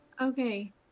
Okay